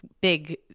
big